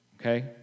okay